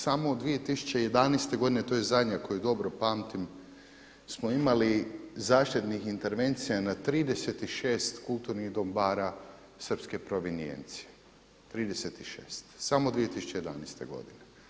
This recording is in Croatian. Samo 2011. godine to je zadnja koju dobro pamtim smo imali zaštitnih intervencija na 36 kulturnih dobara srpske provinijencije, 36 samo 2011. godine.